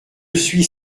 suis